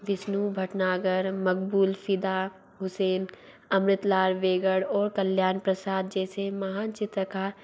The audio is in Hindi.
विष्णु भटनागर मक़बूल फ़िदा हुसैन अमृत लाल वेगड़ और कल्याण प्रसाद जैसे महान चित्रकार